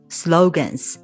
slogans